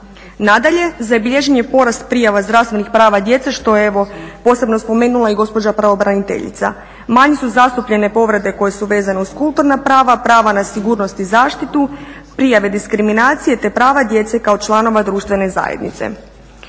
Nadalje, zabilježen je porast prijava zdravstvenih prava djece što je evo posebno spomenula i gospođa pravobraniteljica. Manje su zastupljene povrede koje su vezane uz kulturna prava, prava na sigurnost i zaštitu, prijave diskriminacije, te prava djece kao članova društvene zajednice.